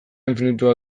infinitua